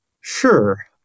Sure